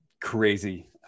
crazy